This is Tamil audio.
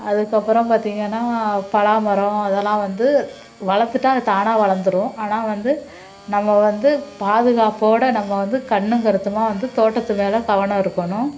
அதற்கப்பறம் பார்த்தீங்கன்னா பலாமரம் அதெல்லாம் வந்து வளர்த்துட்டா அது தானாக வளர்ந்துரும் ஆனால் வந்து நம்ம வந்து பாதுகாப்போட நம்ம வந்து கண்ணும் கருத்துமாக வந்து தோட்டத்து மேலே கவனம் இருக்கணும்